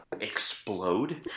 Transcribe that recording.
explode